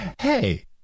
hey